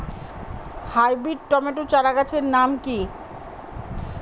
Hybrid tomato চারাগাছের নাম কি?